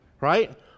right